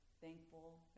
Thankful